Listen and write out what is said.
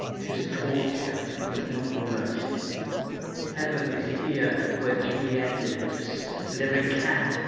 tis torture, and not mercy heaven is here, where juliet lives and every cat,